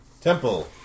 Temple